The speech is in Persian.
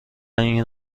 این